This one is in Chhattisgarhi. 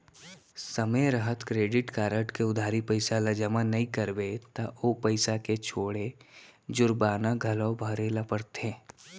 समे रहत क्रेडिट कारड के उधारी पइसा ल जमा नइ करबे त ओ पइसा के छोड़े जुरबाना घलौ भरे ल परथे